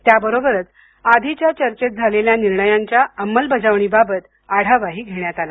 त्याबरोबरच आधीच्या चर्चेत झालेल्या निर्णयांच्या अंमलबजावणीबाबत आढावाही घेण्यात आला